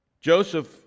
Joseph